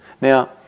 Now